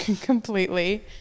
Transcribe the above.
completely